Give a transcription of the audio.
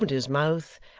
opened his mouth,